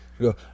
go